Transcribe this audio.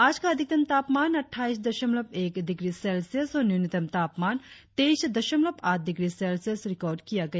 आज का अधिकतम तापमान अटठाईस दशमलव एक डिग्री सेल्सियस और न्यूनतम तापमान तैईस दशमलव आठ डिग्री सेल्सियस रिकार्ड किया गया